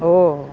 ᱚᱻ